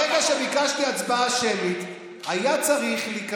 ברגע שביקשתי הצבעה שמית היו צריכים להיקרא